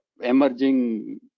emerging